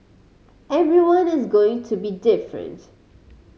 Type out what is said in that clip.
everyone is going to be different